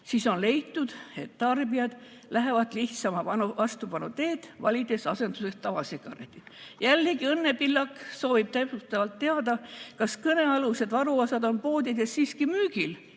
siis on leitud, et tarbijad lähevad lihtsama vastupanu teed, valides asenduseks tavasigaretid. Jällegi, Õnne Pillak soovib täpsustavalt teada, kas kõnealused varuosad on poodides siiski müügil,